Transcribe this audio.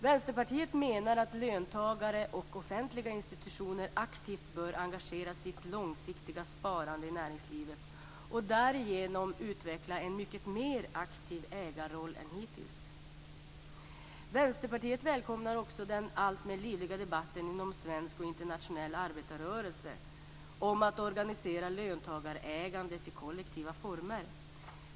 Vänsterpartiet menar att löntagare och offentliga institutioner aktivt bör engagera sitt långsiktiga sparande i näringslivet och därigenom utveckla en mycket mer aktiv ägarroll än hittills. Vänsterpartiet välkomnar också den alltmer livliga debatten inom svensk och internationell arbetarrörelse om att organisera löntagarägandet i kollektiva former.